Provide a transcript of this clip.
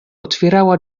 otwierała